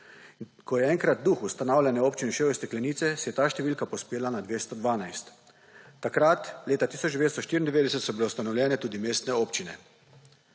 Ko je enkrat duh ustanavljanja občin ušel iz steklenice se je ta številka povzpela na 212. Takrat leta 1994 so bile ustanovljene tudi mestne občine.